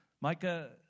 Micah